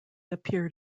appeared